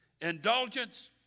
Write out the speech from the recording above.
indulgence